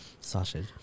sausage